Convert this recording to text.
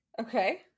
okay